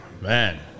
Man